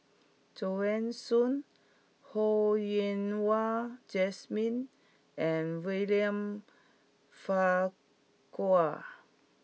Joanne Soo Ho Yen Wah Jesmine and William Farquhar